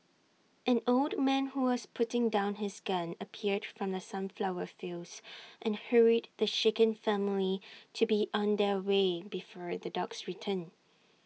an old man who was putting down his gun appeared from the sunflower fields and hurried the shaken family to be on their way before the dogs return